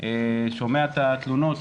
שומע את התלונות,